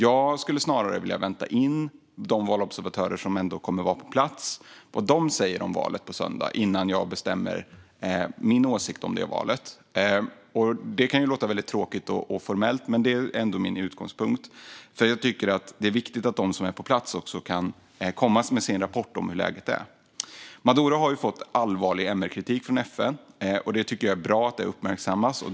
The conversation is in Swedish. Jag skulle snarare vilja vänta in vad de valobservatörer som ändå kommer att vara på plats säger om valet på söndag innan jag bestämmer min åsikt om det valet. Det kan låta väldigt tråkigt och formellt, men det är min utgångspunkt. Jag tycker att det är viktigt att de som är på plats kan komma med sin rapport om hur läget är. Maduro har fått allvarlig MR-kritik från FN. Jag tycker att det är bra att det uppmärksammas.